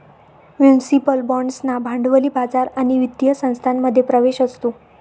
municipal बाँड्सना भांडवली बाजार आणि वित्तीय संस्थांमध्ये प्रवेश असतो